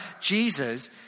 Jesus